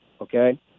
okay